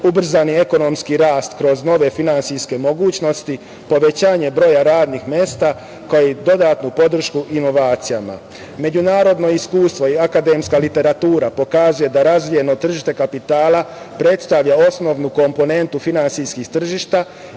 ubrzani ekonomski rast kroz nove finansijske mogućnosti, povećanje broja radnih mesta, kao i dodatnu podršku inovacijama.Međunarodno iskustvo i akademska literatura pokazuje da razvijeno tržište kapitala predstavlja osnovnu komponentu finansijskih tržišta